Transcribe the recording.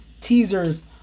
teasers